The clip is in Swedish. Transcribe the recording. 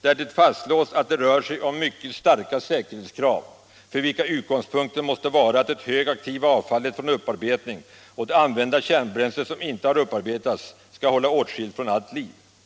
där det fastslås att det rör sig om ”mycket starka säkerhetskrav” för vilka ”utgångspunkten måste vara att det högaktiva avfallet från upparbetning och det använda kärnbränsle som inte har upparbetats skall hållas åtskilt från allt liv”.